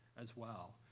as well.